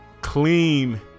clean